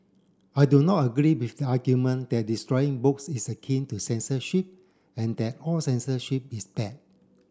I do not agree with the argument that destroying books is akin to censorship and that all censorship is bad